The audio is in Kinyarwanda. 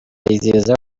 yizeza